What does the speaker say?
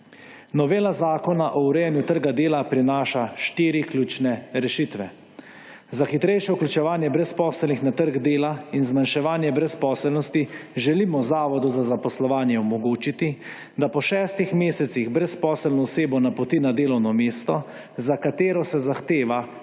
Novela zakona o urejanju trga dela prinaša štiri ključne rešitve. Za hitrejše vključevanje brezposelnih na trg dela in zmanjševanje brezposelnosti želimo zavodu za zaposlovanje omogočiti, da po šestih mesecih brezposelno osebo napoti na delovno mesto, za katero se zahteva dve